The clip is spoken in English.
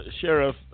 Sheriff